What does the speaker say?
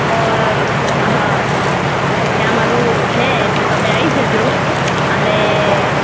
ઓર હા ત્યાં મારું છે તો તમે આવી જજો અને